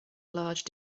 large